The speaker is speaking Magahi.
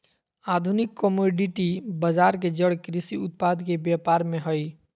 आधुनिक कमोडिटी बजार के जड़ कृषि उत्पाद के व्यापार में हइ